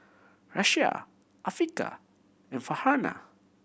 Raisya Afiqah and Farhanah